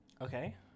Okay